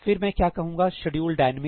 फिर मैं क्या कहूंगा शेड्यूल डायनामिक